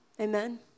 Amen